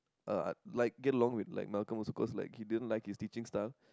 uh like you know like get along with Malcolm also cause he didn't like his teaching style